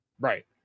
Right